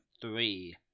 three